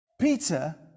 Peter